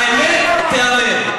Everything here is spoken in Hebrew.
האמת תיאמר.